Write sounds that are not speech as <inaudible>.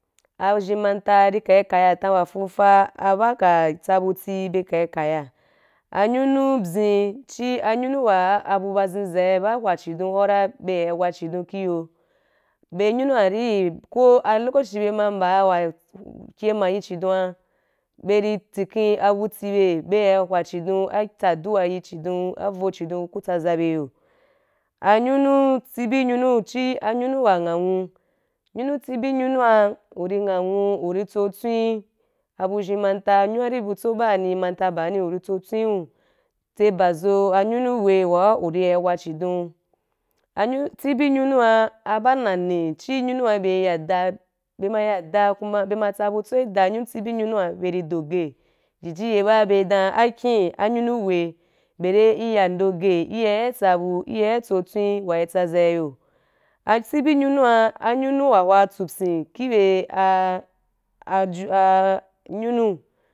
A zhen manta kari kaya atan wa fuufa aba tsabutii kari kaya a ngunu byen chi anyunu a bu zhenza ba hwaa chi don hwo ra be ya waa chidon ki yo bye nyunu wa ri ko ayo be ma ri mba wa ke ma yi chidon be tsiken abutii bye ya hwaa chidon a tswande yi chidon avo chidon ku tsaza be yo anyunu tsibi chi nyunu wa ngha nwu nyunu tsibi anyunu wa u ri n gha nwu u ri tsotswen abu azhen ba fuufa anyunu wari abutso bani mamta bani u ri tsotswen u tse ba zo nyunu we wa u ri ya waa chidon u anyunu tsibi anyunu aba nani chi nyunua bye ma ya daa, kuma bye ma tsabutso ki daa chi nyunua bye ri doge jiji ye ba bye ri dan akhin anyunu we barai i ya ndo ge i ya i ya tsabu i ya tso a tswen wa i tsazai yo atsibi anyunua anyunu hwa hwa tsupyen ki bye a aju-a <hesitation> anyunu.